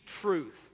truth